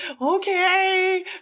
okay